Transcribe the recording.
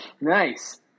Nice